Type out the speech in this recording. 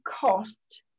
cost